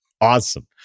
Awesome